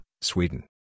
Sweden